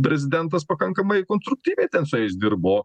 prezidentas pakankamai konstruktyviai ten su jais dirbo